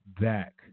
back